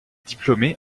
diplômé